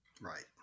Right